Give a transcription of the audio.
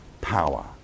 power